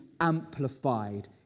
amplified